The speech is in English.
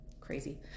crazy